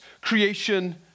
creation